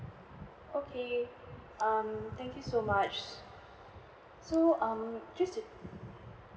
okay um thank you so much so um just to